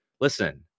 listen